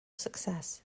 success